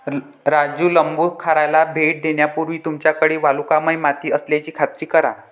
राजू प्लंबूखाराला भेट देण्यापूर्वी तुमच्याकडे वालुकामय माती असल्याची खात्री करा